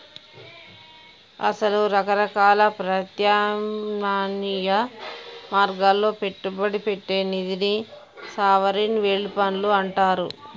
అసలు రకరకాల ప్రత్యామ్నాయ మార్గాల్లో పెట్టుబడి పెట్టే నిధిని సావరిన్ వెల్డ్ ఫండ్లు అంటారు